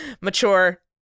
mature